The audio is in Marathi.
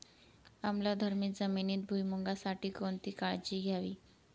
आम्लधर्मी जमिनीत भुईमूगासाठी कोणती काळजी घ्यावी?